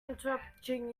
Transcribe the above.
interrupting